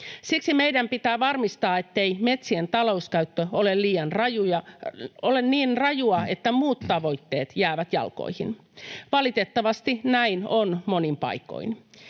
Siksi meidän pitää varmistaa, ettei metsien talouskäyttö ole niin rajua, että muut tavoitteet jäävät jalkoihin. Valitettavasti näin on monin paikoin.